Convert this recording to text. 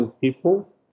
people